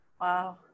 Wow